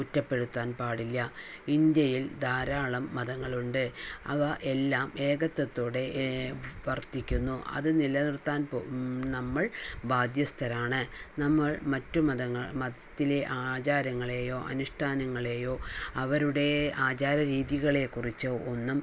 കുറ്റപ്പെടുത്താൻ പാടില്ല ഇന്ത്യയിൽ ധാരാളം മതങ്ങളുണ്ട് അവ എല്ലാം ഏകത്വത്തോടെ വർത്തിക്കുന്നു അത് നില നിർത്താൻ നമ്മൾ ബാധ്യസ്ഥരാണ് നമ്മൾ മറ്റു മതങ്ങൾ മതത്തിലെ ആചാരങ്ങളെയോ അനുഷ്ഠാനങ്ങളെയോ അവരുടെ ആചാര രീതികളെ കുറിച്ചോ ഒന്നും